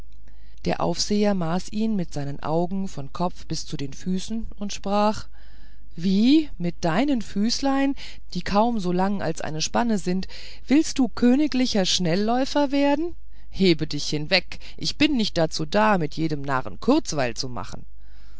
der aufseher maß ihn mit seinen augen von kopf bis zu den füßen und sprach wie mit deinen füßlein die kaum so lang als eine spanne sind willst du königlicher schnelläufer werden hebe dich weg ich bin nicht dazu da mit jedem narren kurzweil zu machen